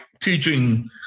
teaching